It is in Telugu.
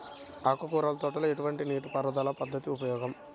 ఆకుకూరల తోటలలో ఎటువంటి నీటిపారుదల పద్దతి ఉపయోగకరం?